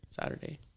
Saturday